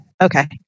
Okay